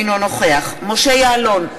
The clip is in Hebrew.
אינו נוכח משה יעלון,